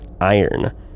iron